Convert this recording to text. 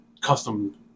custom